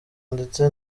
ndetse